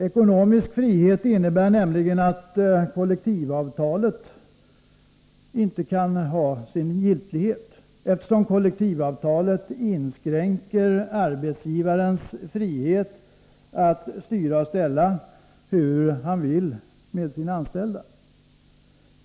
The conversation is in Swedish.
Ekonomisk frihet innebär nämligen att kollektivavtalet inte kan ha sin giltighet, eftersom kollektivavtalet inskränker arbetsgivarens frihet att styra och ställa hur han vill med sina anställda.